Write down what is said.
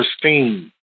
pristine